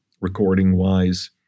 recording-wise